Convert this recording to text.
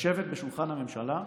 לשבת סביב שולחן הממשלה,